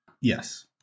Yes